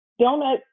donut